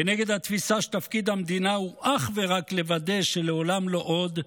כנגד התפיסה שתפקיד המדינה הוא אך ורק לוודא שלעולם לא עוד,